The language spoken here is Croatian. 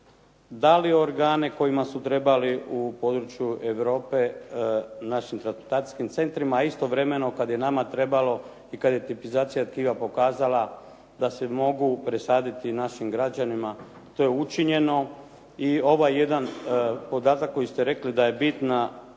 dali organe kojima su trebali u području Europe našim transplantacijskim centrima, a istovremeno kad je nama trebalo i kad je tipizacija tkiva pokazala da se mogu presaditi našim građanima, to je učinjeno i ovaj jedan podatak koji ste rekli da je bitna